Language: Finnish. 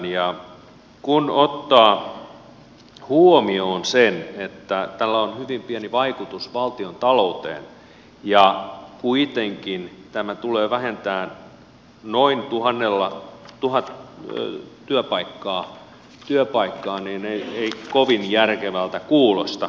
ja kun ottaa huomioon sen että tällä on hyvin pieni vaikutus valtion talouteen ja kuitenkin tämä tulee vähentämään noin tuhat työpaikkaa niin ei kovin järkevältä kuulosta